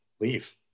leave